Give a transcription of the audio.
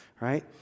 right